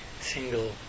single